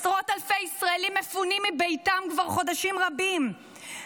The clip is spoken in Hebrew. עשרות אלפי ישראלים מפונים מביתם כבר חודשים רבים,